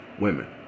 women